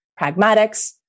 pragmatics